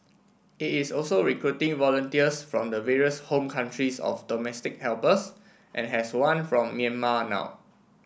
it is also recruiting volunteers from the various home countries of domestic helpers and has one from Myanmar now